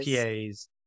PAs